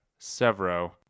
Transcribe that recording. Severo